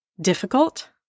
difficult